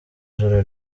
ijoro